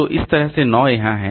तो इस तरह से 9 यहाँ है